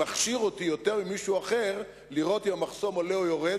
שמכשיר אותי יותר ממישהו אחר לראות אם המחסום עולה או יורד,